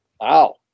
Wow